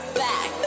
back